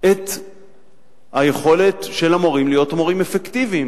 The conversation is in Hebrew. את היכולת של המורים להיות מורים אפקטיביים.